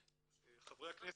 חברי הכנסת,